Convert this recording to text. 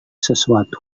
sesuatu